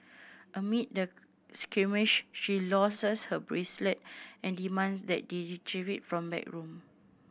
amid the skirmish she loses her bracelet and demands that they retrieve it from backroom